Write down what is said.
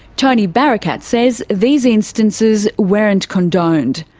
tony barakat says these instances weren't condoned.